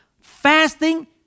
Fasting